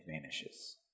vanishes